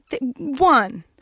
one